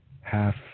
half